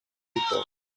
people